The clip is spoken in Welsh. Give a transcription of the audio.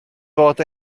fod